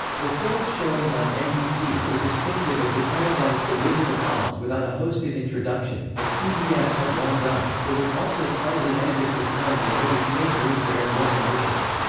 the film's showings on nbc were distinctive as it televised the wizard of oz without a hosted introduction, as cbs had long done it was also slightly edited for time in order to make room to air more commercials.